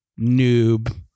noob